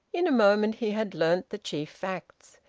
in a moment he had learnt the chief facts.